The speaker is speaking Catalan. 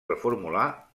reformular